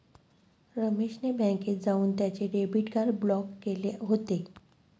रमेश ने बँकेत जाऊन त्याचे डेबिट कार्ड ब्लॉक केले होते